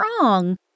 wrong